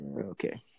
Okay